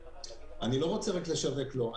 אני לא רוצה רק לשווק לו.